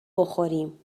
بخوریم